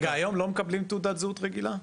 רגע היום לא מקבלים תעודת זהות רגילה?